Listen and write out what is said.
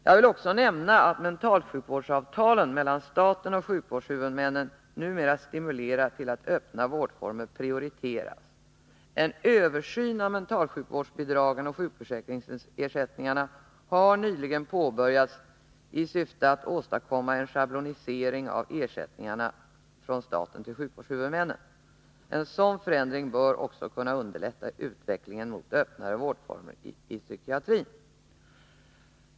Jag vill också nämna att mentalsjukvårdsavtalen mellan staten och sjukvårdshuvudmännen numera stimulerar till att öppna vårdformer prioriteras. En översyn av mentalsjukvårdsbidragen och sjukförsäkringsersättningarna har nyligen påbörjats i syfte att åstadkomma en schablonisering av ersättningarna för staten till sjukvårdshuvudmännen. En sådan förändring bör också kunna underlätta utvecklingen mot öppnare vårdformer inom psykiatrin.